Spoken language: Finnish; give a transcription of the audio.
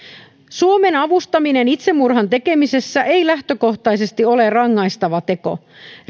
suomessa avustaminen itsemurhan tekemisessä ei lähtökohtaisesti ole rangaistava teko